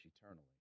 eternally